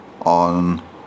on